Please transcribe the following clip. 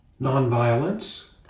Nonviolence